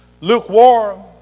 Lukewarm